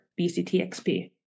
BCTXP